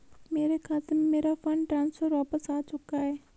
मेरे खाते में, मेरा फंड ट्रांसफर वापस आ चुका है